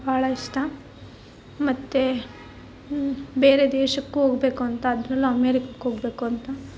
ಬಹಳ ಇಷ್ಟ ಮತ್ತು ಬೇರೆ ದೇಶಕ್ಕೂ ಹೋಗ್ಬೇಕು ಅಂತ ಅದ್ರಲ್ಲೂ ಅಮೇರಿಕುಕ್ ಹೋಗ್ಬೇಕು ಅಂತ